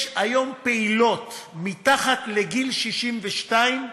יש היום פעילות מתחת לגיל 62,